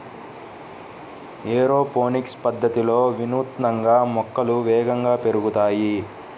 aeroponics పద్ధతిలో వినూత్నంగా మొక్కలు వేగంగా పెరుగుతాయి